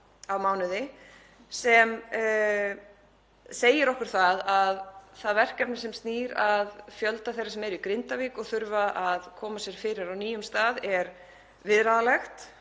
Það segir okkur að verkefnið sem snýr að fjölda þeirra sem eru í Grindavík og þurfa að koma sér fyrir á nýjum stað er viðráðanlegt